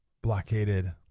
Blockaded